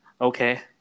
Okay